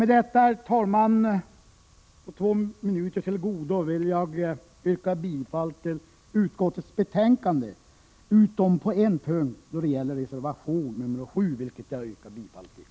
Med detta vill jag — med två minuter till godo — yrka bifall till utskottets hemställan, utom på en punkt, nämligen reservation 7, vilken jag yrkar bifall till.